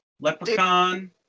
Leprechaun